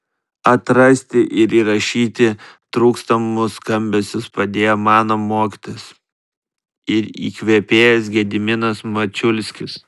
atrasti ir įrašyti trūkstamus skambesius padėjo mano mokytojas ir įkvėpėjas gediminas mačiulskis